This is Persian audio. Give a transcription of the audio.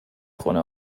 خونه